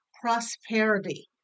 prosperity